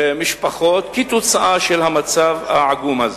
משפחות בגלל המצב העגום הזה.